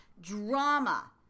drama